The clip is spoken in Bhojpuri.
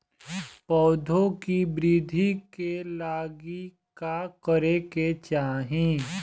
पौधों की वृद्धि के लागी का करे के चाहीं?